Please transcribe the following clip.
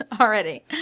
already